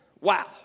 Wow